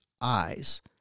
eyes